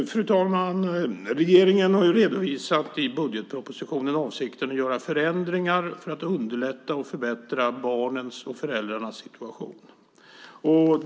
Fru talman! I budgetpropositionen har regeringen redovisat avsikten att göra förändringar för att underlätta och förbättra barnens och föräldrarnas situation.